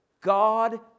God